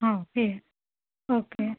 ಹಾಂ okay okay